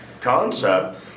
concept